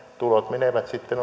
menevät sitten